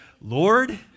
lord